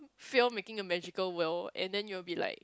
fail making a magical world and then you will be like